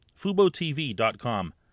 FuboTV.com